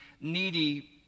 needy